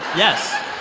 yes.